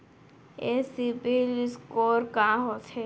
ये सिबील स्कोर का होथे?